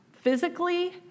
physically